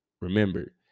Remember